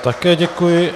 Také děkuji.